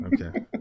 okay